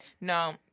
No